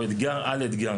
או אתגר על אתגר.